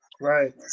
Right